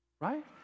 right